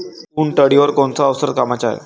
उंटअळीवर कोनचं औषध कामाचं हाये?